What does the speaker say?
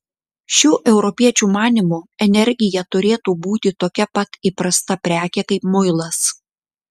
šių europiečių manymu energija turėtų būti tokia pat įprasta prekė kaip muilas